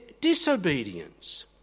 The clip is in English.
disobedience